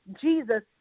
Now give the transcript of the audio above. Jesus